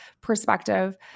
perspective